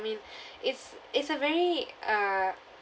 mean it's it's a very uh